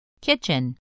Kitchen